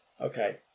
okay